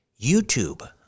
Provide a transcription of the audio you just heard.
YouTube